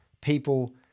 people